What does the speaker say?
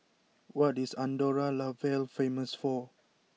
what is Andorra la Vella famous for